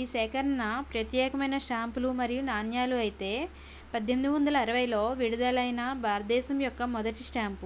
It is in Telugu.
ఈ సేకరణ ప్రత్యేకమైన స్టాంపులు మరియు నాణ్యాలు అయితే పద్దెనిమిది వందల అరవైలో విడుదలైన భారతదేశం యొక్క మొదటి స్టాంపు